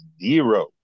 zero